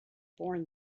born